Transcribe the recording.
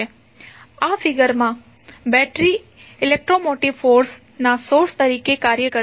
આ ફિગર માં battery electromotive force ના સોર્સ તરીકે કાર્ય કરશે